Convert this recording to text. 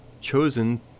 chosen